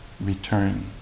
return